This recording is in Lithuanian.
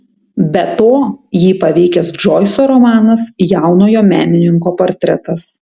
be to jį paveikęs džoiso romanas jaunojo menininko portretas